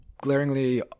glaringly